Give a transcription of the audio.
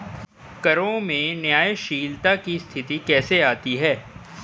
करों में न्यायशीलता की स्थिति कैसे आती है?